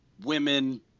women